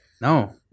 No